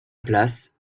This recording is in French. place